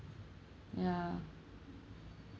ya